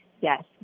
Yes